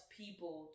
people